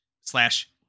slash